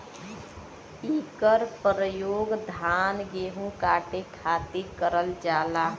इकर परयोग धान गेहू काटे खातिर करल जाला